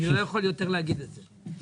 אני לא יכול להגיד את זה יותר.